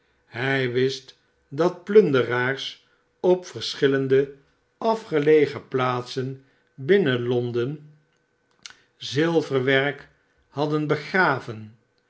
hij wist dat de plunderaars op verschillende afgelegen plaatsen binnen londen zilverwerk hadden begraven